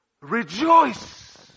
Rejoice